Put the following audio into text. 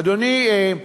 אדוני,